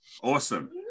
Awesome